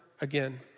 Again